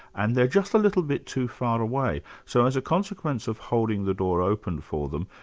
and they're just a little bit too far away, so as a consequence of holding the door open for them,